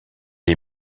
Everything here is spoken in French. est